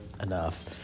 enough